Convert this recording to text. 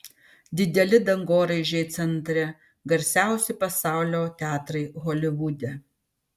dideli dangoraižiai centre garsiausi pasaulio teatrai holivude